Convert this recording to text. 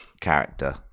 character